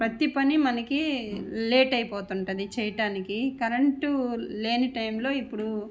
ప్రతీ పని మనకి లేట్ అయిపోతూ ఉంటుంది చేయటానికి కరెంటు లేని టైంలో ఇప్పుడు